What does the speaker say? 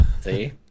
See